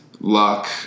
Luck